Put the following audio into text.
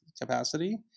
capacity